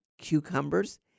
cucumbers